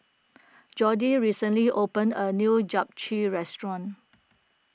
Jordi recently opened a new Japchae restaurant